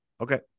Okay